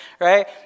right